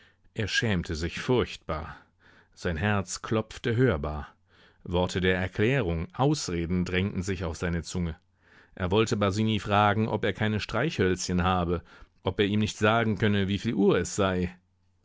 er schämte sich furchtbar sein herz klopfte hörbar worte der erklärung ausreden drängten sich auf seine zunge er wollte basini fragen ob er keine streichhölzchen habe ob er ihm nicht sagen könne wie viel uhr es sei